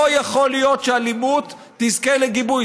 לא יכול להיות שאלימות תזכה לגיבוי.